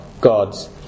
gods